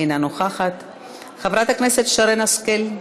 אינה נוכחת; חברת הכנסת שרן השכל,